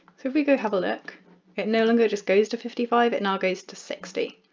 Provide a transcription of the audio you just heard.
so if we go have a look it no longer just goes to fifty five it now goes to sixty.